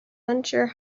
unsure